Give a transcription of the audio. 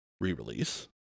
re-release